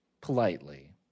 politely